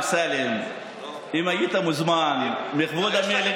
אמסלם: אם היית מוזמן לכבוד המלך,